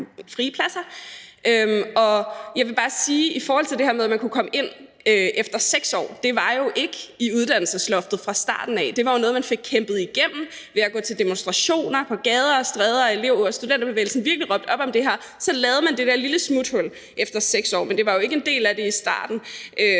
frie pladser. Og jeg vil bare sige i forhold til det her med, at man kunne komme ind efter 6 år, at det jo ikke var i uddannelsesloftet fra starten. Det var jo noget, man fik kæmpet igennem ved at gå til demonstrationer på gader og stræder, og hvor elev- og studenterbevægelsen virkelig råbte op om det her. Så lavede man det der lille smuthul om det med efter 6 år, men det var jo ikke en del af det i starten.